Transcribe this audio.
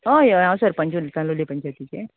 हय हय हांव सरपंच उलयता लोलीयें पंचायतीचें